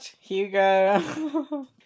hugo